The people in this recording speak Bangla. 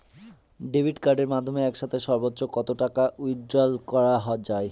ডেবিট কার্ডের মাধ্যমে একসাথে সর্ব্বোচ্চ কত টাকা উইথড্র করা য়ায়?